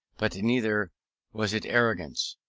but neither was it arrogance.